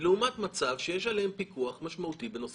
הובלתם דעה עצמאית בנושא